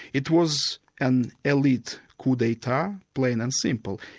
it was an elite coup d'etat plain and simple.